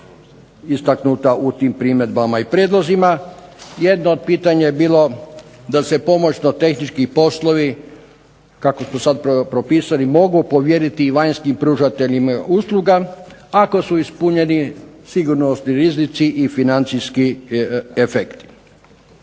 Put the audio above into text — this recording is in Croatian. istaknuta u tim primjedbama i prijedlozima. Jedno od pitanja je bilo da se pomoćno-tehnički poslovi kako su sada propisani mogu povjeriti i vanjskim pružateljima usluga ako su ispunjeni sigurnosni rizici i financijski efekti.